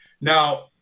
Now